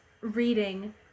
reading